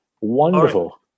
Wonderful